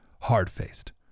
hard-faced